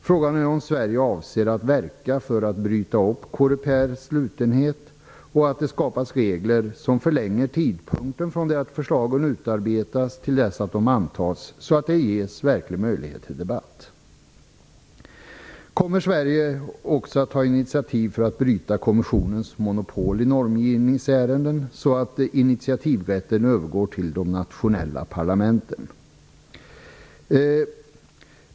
Frågan är om Sverige avser att verka för att bryta upp Corepers slutenhet och att det skapas regler som förlänger tidpunkten från det att förslagen utarbetas till dess att de antas så att det ges verklig möjlighet till debatt. Kommer Sverige också att ta initiativ för att bryta kommissionens monopol i normgivningsärenden så att initiativrätten övergår till de nationella parlamenten?